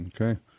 Okay